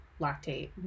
lactate